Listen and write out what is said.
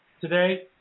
today